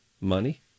money